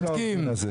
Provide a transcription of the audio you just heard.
וחשוב להבין את זה.